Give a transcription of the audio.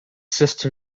sister